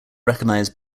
recognised